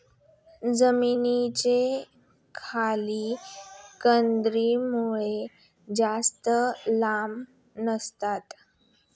जमिनीच्या खाली कंदमुळं जास्त लांब नसतात